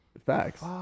facts